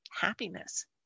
happiness